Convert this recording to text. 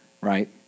right